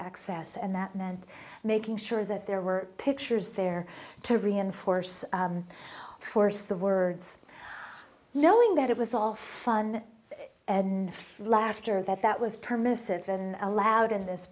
access and that meant making sure that there were pictures there to reinforce force the words knowing that it was all fun and if laughter that that was permissive than allowed in this